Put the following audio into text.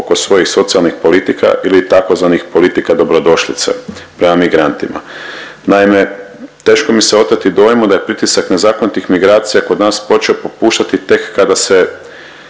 oko svojih socijalnih politika ili tzv. politika dobrodošlice prema migrantima. Naime, teško mi se oteti dojmu da je pritisak nezakonitih migracija kod nas počeo popuštati tek kada se